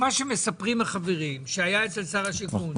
מה שמספרים החברים שהיה אצל שר השיכון.